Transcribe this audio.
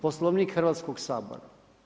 Poslovnik Hrvatskog sabora.